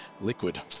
liquid